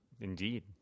Indeed